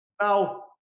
Now